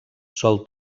sol